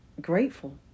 grateful